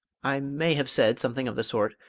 i may have said something of the sort.